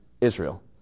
Israel